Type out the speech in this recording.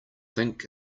think